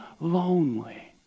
lonely